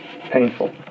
painful